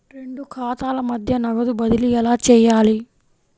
రెండు ఖాతాల మధ్య నగదు బదిలీ ఎలా చేయాలి?